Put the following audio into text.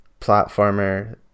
platformer